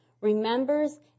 remembers